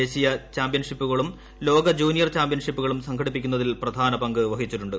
ദേശീയ ചാമ്പ്യൻഷിപ്പുകളും ലോക ജൂനിയർ ചാംപ്യൻഷിപ്പുകളും സംഘടിപ്പിക്കുന്നതിൽ പ്രധാന പങ്ക് വഹിച്ചിട്ടുണ്ട്